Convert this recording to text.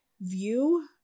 view